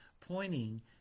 pointing